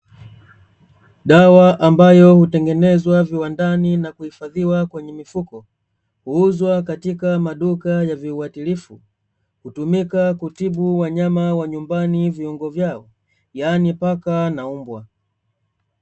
Dawa ambayo hutengenezwa viwandani na kuhifadhiwa kwenye mifuko, huuzwa katika maduka ya viuatilifu hutumika kutibu wanyama wa nyumbani viungo vyao, yaani paka na mbwa.